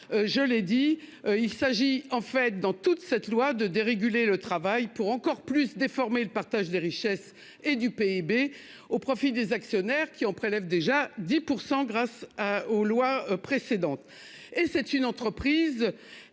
Je l'ai dit, il s'agit en fait dans toute cette loi de déréguler le travail pour encore plus déformé le partage des richesses et du PIB au profit des actionnaires qui on prélève déjà 10% grâce aux lois précédentes,